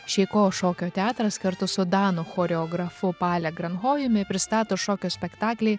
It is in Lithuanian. šeiko šokio teatras kartu su danų choreografu pale granhojumi pristato šokio spektaklį